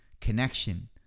connection